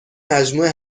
مجموعه